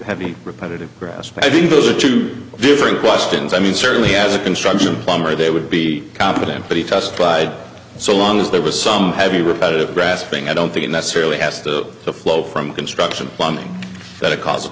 heavy repetitive grasp i mean those are two different questions i mean certainly as a construction plumber they would be competent but he testified so long as there was some heavy repetitive grasping i don't think it necessarily has to flow from construction plumbing that it c